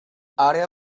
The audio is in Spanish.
área